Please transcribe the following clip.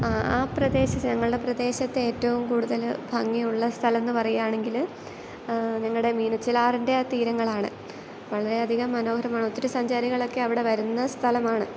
ആ പ്രദേശം ഞങ്ങളുടെ പ്രദേശത്തെ ഏറ്റവും കൂടുതൽ ഭംഗിയുള്ള സ്ഥലമെന്ന് പറയാണെങ്കിൽ ഞങ്ങടെ മീനച്ചിലാറിൻ്റെ ആ തീരങ്ങളാണ് വളരെയധികം മനോഹരമാണ് ഒത്തിരി സഞ്ചാരികളൊക്കെ അവിടെ വരുന്ന സ്ഥലമാണ്